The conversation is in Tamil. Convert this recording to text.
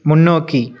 முன்னோக்கி